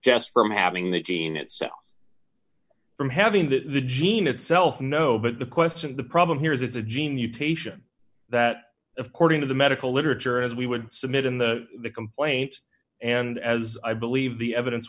just from having the gene itself from having that the gene itself no but the question the problem here is it's a gene mutation that of cording to the medical literature as we would submit in the complaint and as i believe the evidence